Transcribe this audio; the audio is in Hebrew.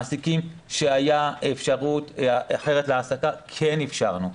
מעסיקים שהייתה אפשרות אחרת להעסקה, כן אפשרנו.